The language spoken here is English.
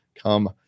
come